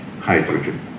hydrogen